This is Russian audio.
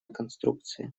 конструкции